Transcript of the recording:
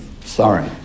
sorry